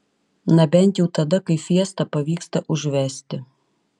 na bent jau tada kai fiesta pavyksta užvesti